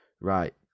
right